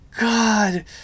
God